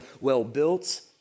well-built